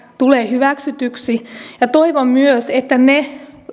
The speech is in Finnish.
tulevat hyväksytyksi ja toivon myös että ne